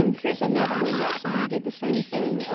um here's another one that somebody did the same thing.